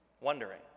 Wondering